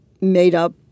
made-up